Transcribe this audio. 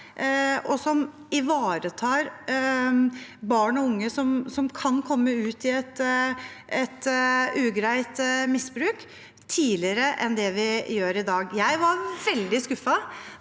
og som ivaretar barn og unge som kan komme ut i et ugreit misbruk, tidligere enn det vi gjør i dag. Jeg var veldig skuffet